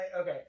Okay